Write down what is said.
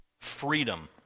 freedom